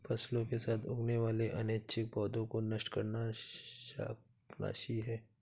फसलों के साथ उगने वाले अनैच्छिक पौधों को नष्ट करना शाकनाशी है